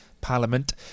parliament